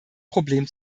problem